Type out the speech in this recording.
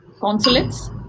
consulates